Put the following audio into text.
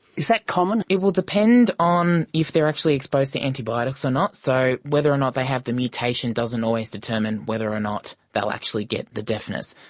is that common? it would depend on if they are actually exposed to antibiotics or not, so whether or not they have the mutation doesn't always determine whether or not they will actually get the deafness.